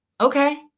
okay